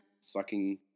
sucking